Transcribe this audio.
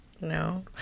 No